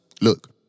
look